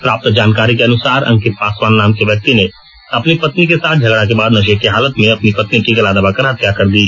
प्राप्त जानकारी के अनुसार अंकित पासवान नाम के व्यक्ति ने अपनी पत्नी के साथ झगड़ा के बाद नशे की हालत में अपनी पत्नी की गला दबाकर हत्या कर दी